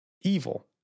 evil